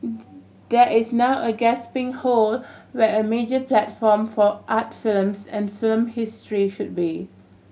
there is now a gasping hole where a major platform for art films and film history should be